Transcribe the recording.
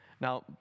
now